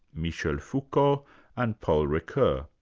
michel foucault and paul ricoeur.